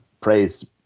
praised